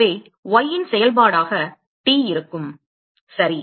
எனவே y ன் செயல்பாடாக T இருக்கும் சரி